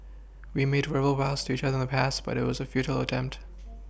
we made verbal vows to each other in the past but it was a futile attempt